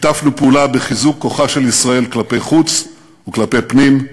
שיתפנו פעולה בחיזוק כוחה של ישראל כלפי חוץ וכלפי פנים.